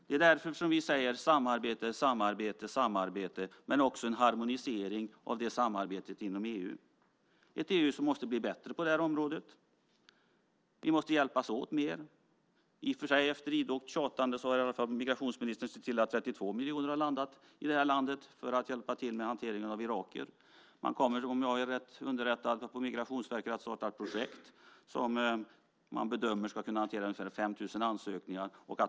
Det är därför vi säger: Samarbete, samarbete och åter samarbete men också en harmonisering av det samarbetet inom EU. EU måste bli bättre på det här området. Vi måste hjälpas åt mer. Migrationsministern har sett till, i och för sig efter idogt tjatande, att 32 miljoner har landat i det här landet för att hjälpa till med hanteringen av irakier. Om jag är rätt underrättad kommer Migrationsverket att starta ett projekt som man bedömer ska kunna hantera ungefär 5 000 ansökningar.